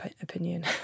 opinion